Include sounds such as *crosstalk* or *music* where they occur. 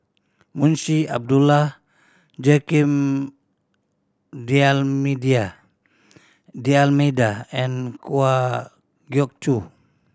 Munshi Abdullah Joaquim *unintelligible* D'Almeida and Kwa Geok Choo